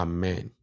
Amen